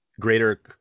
greater